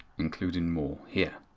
including more, here.